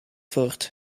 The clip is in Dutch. voort